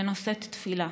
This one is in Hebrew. ונושאת תפילה